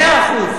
מאה אחוז.